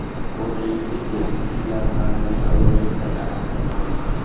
मोर ऋण के किसती ला का मैं अऊ लाइन पटा सकत हव?